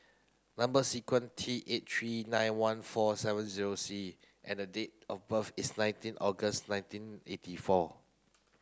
number sequence T eight three nine one four seven zero C and date of birth is nineteen August nineteen eighty four